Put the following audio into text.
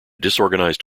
disorganized